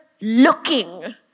looking